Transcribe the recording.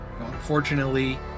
Unfortunately